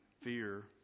fear